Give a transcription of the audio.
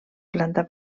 planta